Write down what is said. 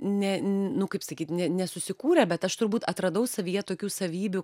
ne nu kaip sakyt ne nesusikūrė bet aš turbūt atradau savyje tokių savybių